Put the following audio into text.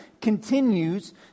continues